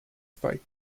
fight